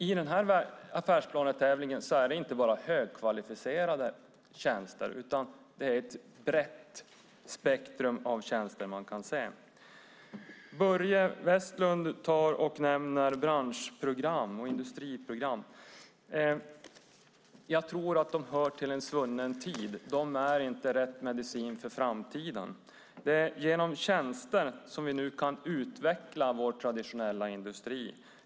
I denna affärsplanstävling är det inte bara högkvalificerade tjänster utan ett brett spektrum av tjänster man kan se. Börje Vestlund nämner branschprogram och industriprogram. Jag tror att de hör till en svunnen tid. De är inte rätt medicin för framtiden. Det är genom tjänster som vi nu kan utveckla vår traditionella industri.